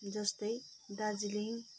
जस्तै दार्जिलिङ